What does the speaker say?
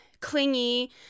clingy